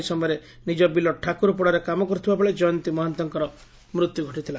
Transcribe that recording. ଏହି ସମୟରେ ନିଜ ବିଲ ଠାକୁରପଡାରେ କାମ କରୁଥିବା ବେଳେ ଜୟନ୍ତୀ ମହାନ୍ତଙ୍କ ମୃତ୍ୟୁ ଘଟିଥିଲା